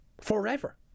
forever